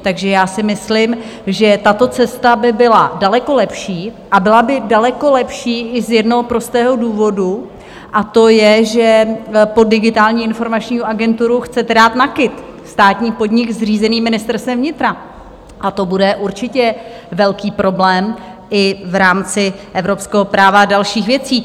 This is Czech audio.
Takže já si myslím, že tato cesta by byla daleko lepší, a byla by daleko lepší i z jednoho prostého důvodu, a to je, že pod Digitální informační agenturu chcete dát NAKIT, státní podnik zřízený Ministerstvem vnitra, a to bude určitě velký problém i v rámci evropského práva a dalších věcí.